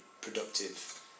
productive